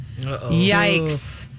yikes